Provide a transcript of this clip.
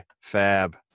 fab